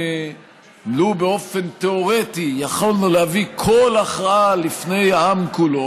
לו באופן תיאורטי יכולנו להביא כל הכרעה לפני העם כולו,